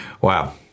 Wow